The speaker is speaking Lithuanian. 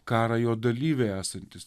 karą jo dalyviai esantys